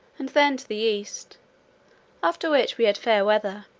and then to the east after which we had fair weather,